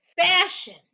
fashion